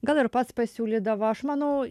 gal ir pats pasiūlydavo aš manau